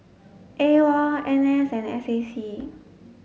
A O L N S and S A C